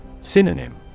Synonym